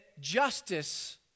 justice